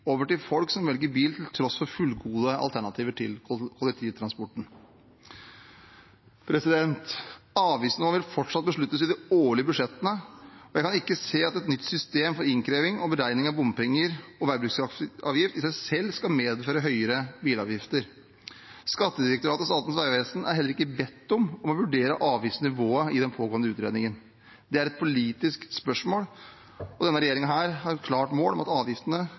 over til folk som velger bil til tross for fullgode alternativer i kollektivtransporten. Avgiftsnivået vil fortsatt besluttes i de årlige budsjettene, og jeg kan ikke se at et nytt system for innkreving og beregning av bompenger og veibruksavgift i seg selv skal medføre høyere bilavgifter. Skattedirektoratet og Statens vegvesen er heller ikke bedt om å vurdere avgiftsnivået i den pågående utredningen. Det er et politisk spørsmål, og denne regjeringen har et klart mål om at avgiftene